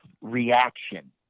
reaction